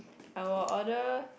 I will order